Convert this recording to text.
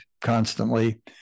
constantly